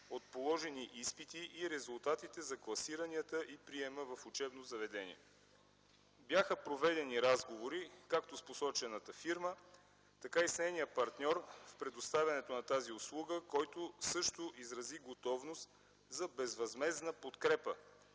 от положени изпити и резултатите за класиранията и приема в учебно заведение. Бяха проведени разговори както с посочената фирма, така и с нейния партньор при предоставянето на тази услуга, който също изрази готовност за безвъзмездна подкрепа